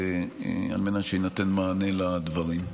על מנת שיינתן מענה לדברים.